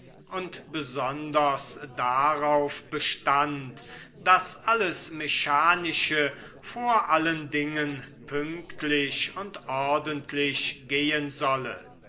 und besonders darauf bestand daß alles mechanische vor allen dingen pünktlich und ordentlich gehen solle